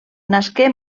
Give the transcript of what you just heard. nasqué